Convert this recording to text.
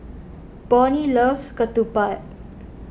Bonny loves Ketupat